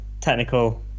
technical